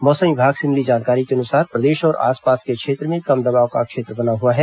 मौसम विभाग से मिली जानकारी के अनुसार प्रदेश और आसपास के क्षेत्र में कम दबाव का क्षेत्र बना हआ है